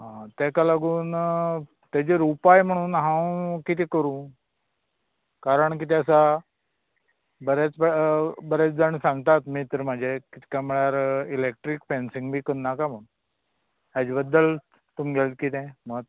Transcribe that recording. आंं तेका लागून तेचेर उपाय म्हणून हांव कितें करूं कारण कितें आसा बरेंच जाण बरेंत जाण सांगतात नी म्हजे एक कित काय म्हळ्यार इलॅक्ट्रीक फँसींग बी करनाका म्हणून हाचें बद्दल तुमगेलें कितें मत